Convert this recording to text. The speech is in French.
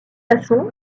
façon